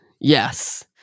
Yes